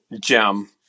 gem